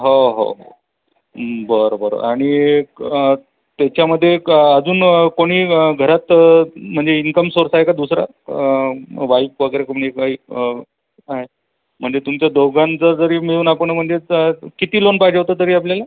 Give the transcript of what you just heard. हो हो बरं बरं आणि एक त्याच्यामध्ये क अजून कोणी घरात म्हणजे इन्कम सोर्स आहे का दुसरा वाईफ वगैरे कोणी काही आहे म्हणजे तुमच्या दोघांचं जरी मिळून आपण म्हणजे स किती लोन पाहिजे होतं तरी आपल्याला